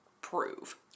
prove